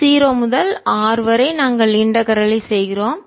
0 முதல் R வரை நாங்கள் இன்டகரல் ஒருங்கிணைப்பை செய்கிறோம்